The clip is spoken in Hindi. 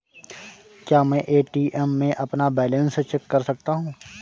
क्या मैं ए.टी.एम में अपना बैलेंस चेक कर सकता हूँ?